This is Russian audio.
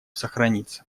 сохранится